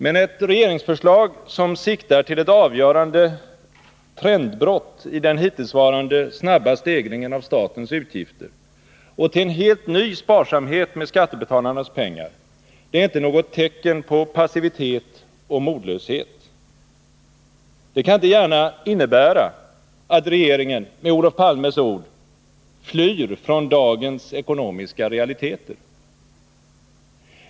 Men ett regeringsförslag som siktar till ett avgörande trendbrott i den hittillsvarande snabba stegringen av statens utgifter och till en helt ny sparsamhet med skattebetalarnas pengar är inte något tecken på passivitet och modlöshet. Det kan inte gärna innebära att regeringen, med Olof Palmes ord, flyr från dagens ekonomiska realiteter.